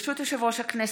ברשות יושב-ראש הכנסת,